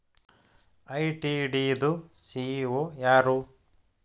ITD ದು CEO ಯಾರು?